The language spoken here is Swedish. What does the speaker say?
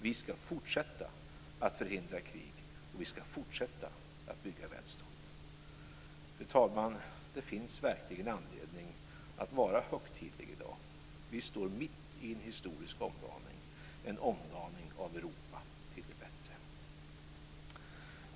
Vi skall fortsätta att förhindra krig, och vi skall fortsätta att bygga välstånd. Fru talman! Det finns verkligen anledning att vara högtidlig i dag. Vi står mitt i en historisk omdaning - en omdaning av Europa till det bättre.